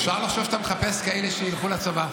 אפשר לחשוב שאתה מחפש כאלה שילכו לצבא.